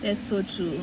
that's so true